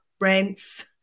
Rents